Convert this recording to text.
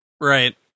Right